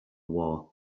war